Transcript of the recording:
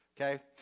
Okay